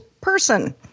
person